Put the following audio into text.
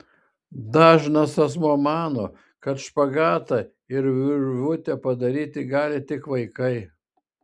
dažnas asmuo mano kad špagatą ir virvutę padaryti gali tik vaikai